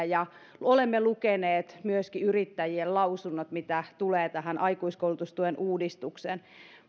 ja olemme lukeneet myöskin yrittäjien lausunnot mitä tulee tähän aikuiskoulutustuen uudistukseen